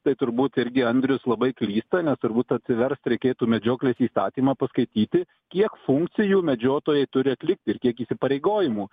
tai turbūt irgi andrius labai klysta nes turbūt atsiverst reikėtų medžioklės įstatymą paskaityti kiek funkcijų medžiotojai turi atlikti ir kiek įsipareigojimų